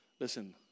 Listen